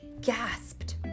gasped